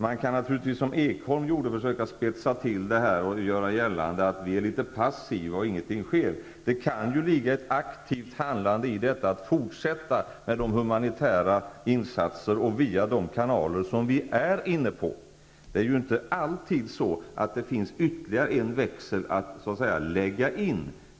Man kan naturligtvis som Berndt Ekholm gjorde försöka spetsa till detta och göra gällande att vi är litet passiva och att ingenting sker. Det kan ju ligga ett aktivt handlande i att vi fortsätter med de humanitära insatserna via de kanaler som vi använder. Det är ju inte alltid på det sättet att det finns ytterligare en växel att lägga in.